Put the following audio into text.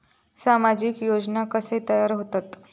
सामाजिक योजना कसे तयार होतत?